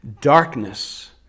Darkness